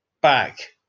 back